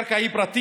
הקרקע היא פרטית,